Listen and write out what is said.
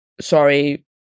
Sorry